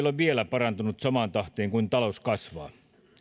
ole vielä parantunut samaan tahtiin kuin talous kasvaa